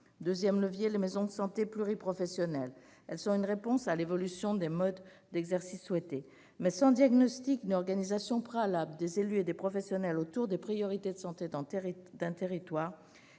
des patients. Les maisons de santé pluriprofessionnelles constituent ensuite une réponse à l'évolution des modes d'exercice souhaitée. Mais sans diagnostic ni organisation préalable des élus et des professionnels autour des priorités de santé d'un territoire,